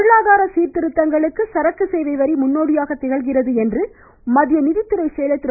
பொருளாதார சீர்திருத்தங்களுக்கு சரக்கு வேவை வரி முன்னோடியாக திகழ்கிறது என்று மத்திய நிதித்துறை செயலர் திரு